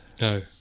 No